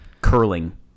curling